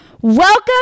Welcome